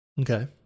Okay